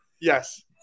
Yes